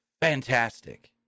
fantastic